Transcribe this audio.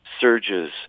surges